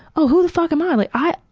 oh, who the fuck am um like i?